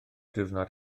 diwrnod